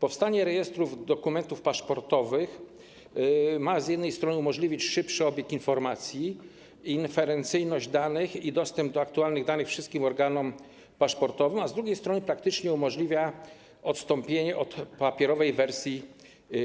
Powstanie Rejestru Dokumentów Paszportowych ma z jednej strony umożliwić szybszy obieg informacji, referencyjność danych i dostęp do aktualnych danych wszystkim organom paszportowym, a z drugiej strony praktycznie umożliwia odstąpienie od papierowej wersji